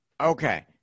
Okay